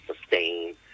sustain